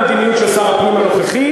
המדיניות של שר הפנים הנוכחי,